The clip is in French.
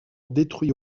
détruit